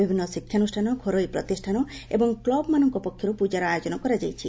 ବିଭିନ୍ନ ଶିକ୍ଷାନୁଷ୍ଠାନ ଘରୋଇ ପ୍ରତିଷ୍ଠାନ ଏବଂ କ୍ଲୁବ୍ମାନଙ୍କ ପକ୍ଷରୁ ପୂଜାର ଆୟୋଜନ କରାଯାଇଛି